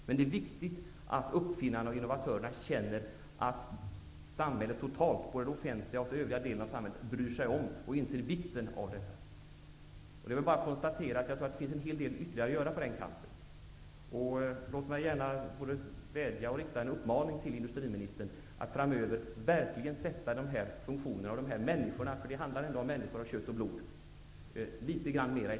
Det är alltså viktigt att uppfinnarna och innovatörerna känner att samhället totalt sett, både den offentliga delen och samhället i övrigt, bryr sig om och inser vikten av detta. Jag tror att det finns en hel del ytterligare att göra på den kanten. Jag riktar både en vädjan och en uppmaning till industriministern att framöver verkligen litet mera sätta de här funktionerna och de här människorna -- det handlar ändå om människor av kött och blod -- i centrum.